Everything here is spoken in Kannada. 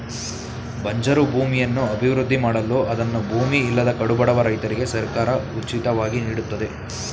ಬಂಜರು ಭೂಮಿಯನ್ನು ಅಭಿವೃದ್ಧಿ ಮಾಡಲು ಅದನ್ನು ಭೂಮಿ ಇಲ್ಲದ ಕಡುಬಡವ ರೈತರಿಗೆ ಸರ್ಕಾರ ಉಚಿತವಾಗಿ ನೀಡುತ್ತದೆ